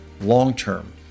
long-term